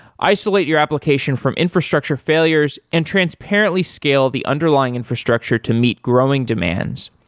isolate your application from infrastructure failures and transparently scale the underlying infrastructure to meet growing demands,